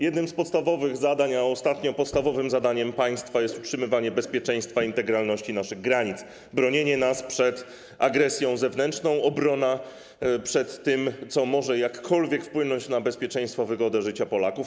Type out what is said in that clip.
Jednym z podstawowych zadań, a ostatnio podstawowym zadaniem państwa jest utrzymywanie bezpieczeństwa i integralności naszych granic, bronienie nas przed agresją zewnętrzną, obrona przed tym, co może jakkolwiek wpłynąć na bezpieczeństwo, wygodę życia Polaków.